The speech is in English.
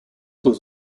was